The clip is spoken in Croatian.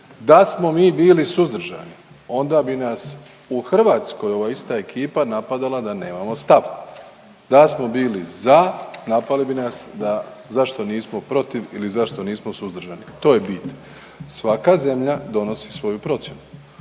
da smo mi bili suzdržani onda bi nas u Hrvatskoj ova ista ekipa napadala da nemamo stav, da smo bili za, napali bi nas da zašto nismo protiv ili zašto nismo suzdržani, to je bit. Svaka zemlja donosi svoju procjenu.